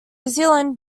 zealand